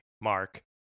mark